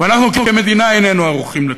ואנחנו כמדינה איננו ערוכים לכך.